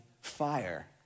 fire